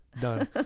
done